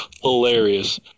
Hilarious